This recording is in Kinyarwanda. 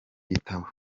gitabo